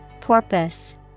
Porpoise